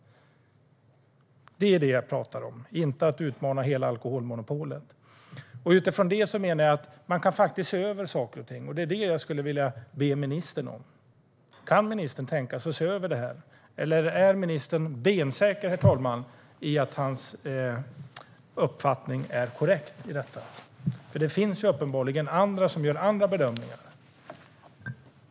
Det är vad jag talar om, och inte om att utmana hela alkoholmonopolet. Utifrån detta menar jag att man kan se över saker och ting. Det är det jag skulle vilja be ministern om: Kan ministern tänka sig att se över detta? Eller är ministern bensäker på att hans uppfattning om detta är korrekt? Det finns uppenbarligen, herr talman, andra som gör andra bedömningar.